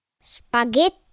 Spaghetti